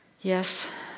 Yes